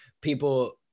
people